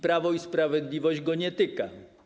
Prawo i sprawiedliwość go nie tyka.